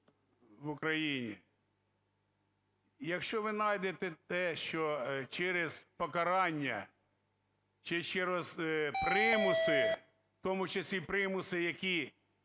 в Україні. Якщо ви знайдете те, що через покарання чи через примуси, в тому числі примуси, які